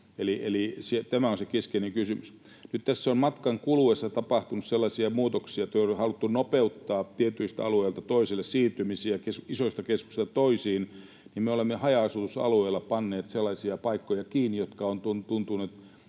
tämä on se keskeinen kysymys. Nyt tässä on matkan kuluessa tapahtunut sellaisia muutoksia, että kun on haluttu nopeuttaa tietyiltä alueilta toisille siirtymisiä, isoista keskuksista toisiin, niin me olemme haja-asutusalueilla panneet sellaisia paikkoja kiinni, että se on tuntunut